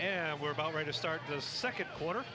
yeah we're about ready to start the second quarter